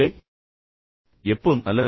இல்லை எப்போதும் அல்ல